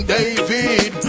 David